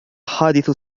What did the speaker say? حادث